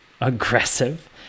aggressive